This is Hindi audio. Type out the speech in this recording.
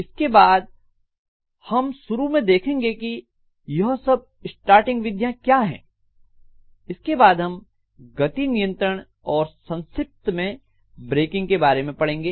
इसके बाद हम शुरू में देखेंगे की यह सब स्टार्टिंग विधियां क्या हैं इसके बाद हम गति नियंत्रण और संक्षिप्त में ब्रेकिंग के बारे में पढ़ेंगे